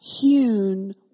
hewn